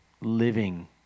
living